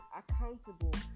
accountable